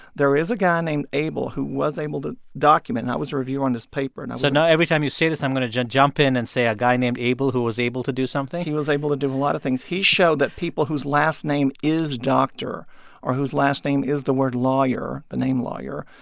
there is a guy named abel who was able to document, and i was a reviewer on his paper and i. so now every time you say this, i'm going to jump jump in and say a guy named abel who was able to do something he was able to do a lot of things. he showed that people whose last name is doctor or whose last name is the word lawyer, the name lawyer,